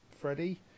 Freddie